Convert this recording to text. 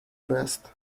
breast